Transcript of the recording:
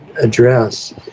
address